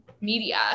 media